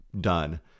done